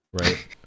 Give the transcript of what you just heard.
Right